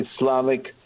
Islamic